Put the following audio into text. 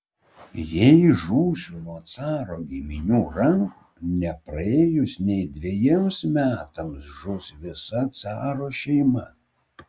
jei žūsiu nuo caro giminių rankų nepraėjus nei dvejiems metams žus visa caro šeima